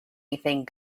anything